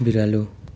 बिरालो